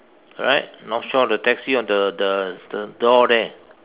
right North Shore the taxi on the the the door there